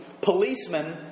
policemen